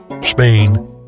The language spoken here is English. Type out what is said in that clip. Spain